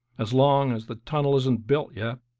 as long as the tunnel isn't built yet.